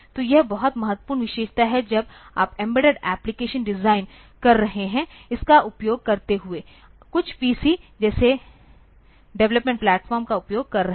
तो यह बहुत महत्वपूर्ण विशेषता है जब आप एम्बेडेड एप्लिकेशन डिज़ाइन कर रहे हैं इसका उपयोग करते हुए कुछ पीसी जैसे डेवलपमेंट प्लेटफार्म का उपयोग कर रहे हैं